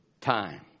time